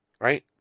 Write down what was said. Right